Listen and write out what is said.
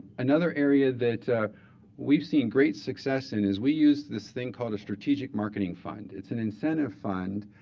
another area that we've seen great success in is we used this thing called a strategic marketing fund. it's an incentive fund.